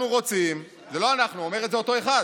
אנחנו רוצים, זה לא אנחנו, אומר את זה אותו אחד,